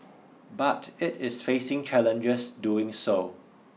but it is facing challenges doing so